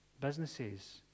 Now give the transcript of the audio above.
businesses